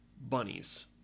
bunnies